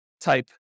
type